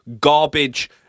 garbage